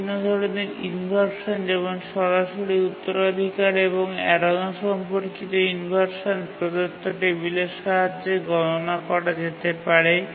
বিভিন্ন ধরণের ইনভারশান যেমন সরাসরি উত্তরাধিকার এবং এড়ানো সম্পর্কিত ইনভারশান প্রদত্ত টেবিলের সাহায্যে গণনা করা যেতে পারে